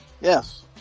Yes